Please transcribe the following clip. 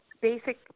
basic